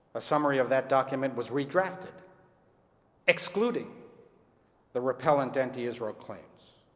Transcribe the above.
a summary of that document was redrafted excluding the repellent anti-israel claims.